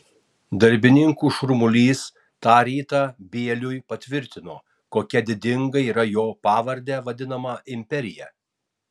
darbininkų šurmulys tą rytą bieliui patvirtino kokia didinga yra jo pavarde vadinama imperija